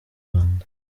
rwanda